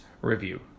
Review